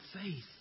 faith